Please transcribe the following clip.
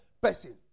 person